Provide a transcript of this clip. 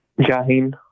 Jaheen